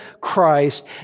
Christ